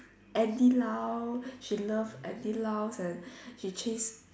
Andy lau she love Andy lau and she chase